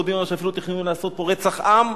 אנחנו יודעים שאפילו תכננו לעשות פה רצח עם.